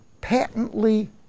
patently